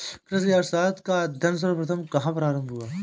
कृषि अर्थशास्त्र का अध्ययन सर्वप्रथम कहां प्रारंभ हुआ?